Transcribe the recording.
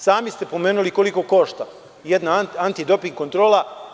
Sami ste pomenuli koliko košta jedna anti doping kontrola.